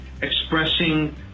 expressing